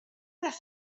las